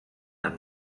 amb